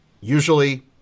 usually